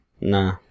Nah